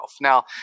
Now